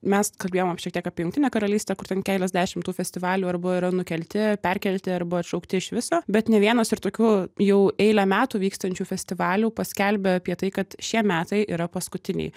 mes kalbėjom apie šiek tiek apie jungtinę karalystę kur ten keliasdešimt tų festivalių arba yra nukelti perkelti arba atšaukti iš viso bet ne vienas ir tokių jau eilę metų vykstančių festivalių paskelbė apie tai kad šie metai yra paskutiniai